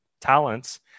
talents